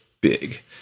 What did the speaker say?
big